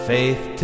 Faith